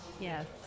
Yes